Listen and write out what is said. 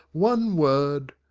one word.